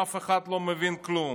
אף אחד לא מבין כלום.